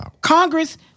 Congress